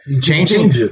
changing